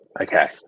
Okay